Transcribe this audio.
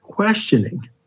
questioning